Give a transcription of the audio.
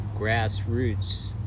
Grassroots